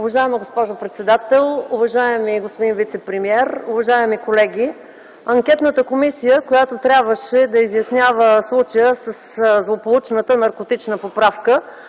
Уважаема госпожо председател, уважаеми господин вицепремиер, уважаеми колеги! Анкетната комисия, която трябваше да изяснява случая със злополучната наркотична поправка,